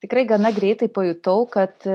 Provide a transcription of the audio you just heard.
tikrai gana greitai pajutau kad